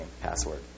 password